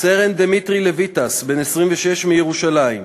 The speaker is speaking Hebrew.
סרן דמיטרי לויטס, בן 26, מירושלים,